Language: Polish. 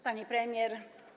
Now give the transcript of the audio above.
Pani Premier!